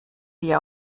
wir